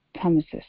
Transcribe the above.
promises